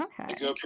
Okay